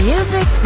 Music